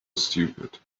stupid